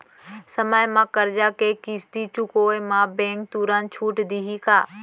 समय म करजा के किस्ती चुकोय म बैंक तुरंत छूट देहि का?